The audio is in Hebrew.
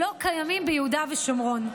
שלא קיימים ביהודה ושומרון,